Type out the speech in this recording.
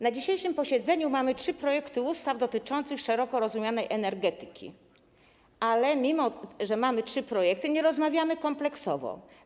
Na dzisiejszym posiedzeniu mamy trzy projekty ustaw dotyczących szeroko rozumianej energetyki, ale mimo że mamy te trzy projekty, nie rozmawiamy kompleksowo.